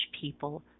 people